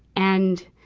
and,